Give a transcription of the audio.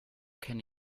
kenne